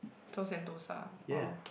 to Sentosa orh